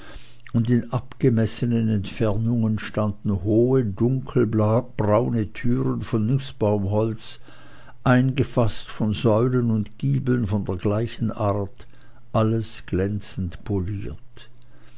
und in abgemessenen entfernungen standen hohe dunkelbraune türen von nußbaumholz eingefaßt von säulen und giebeln von der gleichen art alles glänzend poliert